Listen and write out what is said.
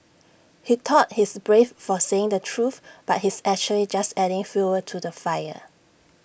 he thought he's brave for saying the truth but he's actually just adding fuel to the fire